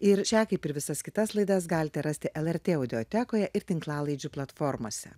ir šią kaip ir visas kitas laidas galite rasti lrt audiotekoje ir tinklalaidžių platformose